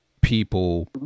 people